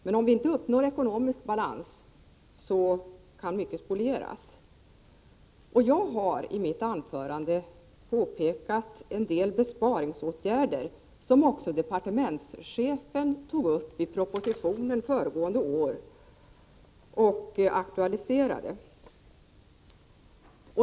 Men om vi inte uppnår ekonomisk balans kan mycket spolieras. Jag har i mitt anförande påpekat en del besparingsåtgärder som också departementschefen aktualiserade i propositionen föregående år.